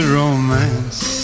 romance